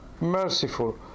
merciful